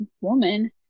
woman